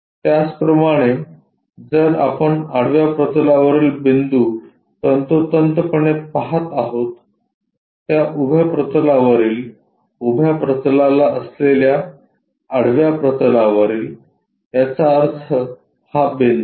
त्याचप्रमाणे जर आपण आडव्या प्रतलावरील बिंदू तंतोतंतपणे पाहत आहोत त्या उभ्या प्रतलावरील उभ्या प्रतलात असलेला आडव्या प्रतलावरील याचा अर्थ हा बिंदू